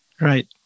Right